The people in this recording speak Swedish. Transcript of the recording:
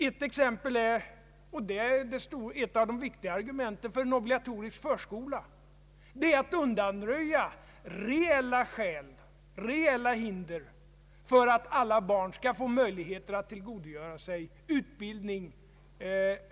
Ett av de viktiga argumenten för en obligatorisk förskola är att vi bör undanröja reella hinder för att alla barn skall få möjligheter att tillgodogöra sig utbildning.